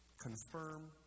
confirm